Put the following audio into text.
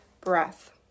breath